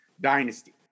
Dynasty